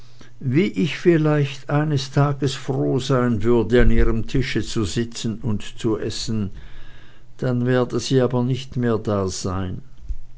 wie ich vielleicht eines tages froh sein würde an ihrem tische zu sitzen und zu essen dann werde sie aber nicht mehr dasein